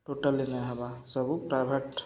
totally ନାଇଁ ହବା ସବୁ ପ୍ରାଇଭେଟ୍